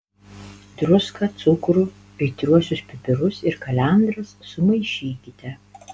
druską cukrų aitriuosius pipirus ir kalendras sumaišykite